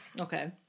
Okay